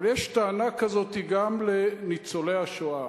אבל יש טענה כזאת גם לניצולי השואה.